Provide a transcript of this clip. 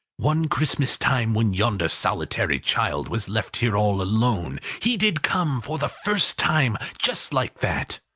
one christmas time, when yonder solitary child was left here all alone, he did come, for the first time, just like that.